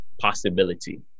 possibility